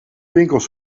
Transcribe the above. winkels